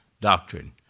Doctrine